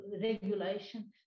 regulation